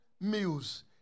meals